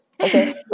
Okay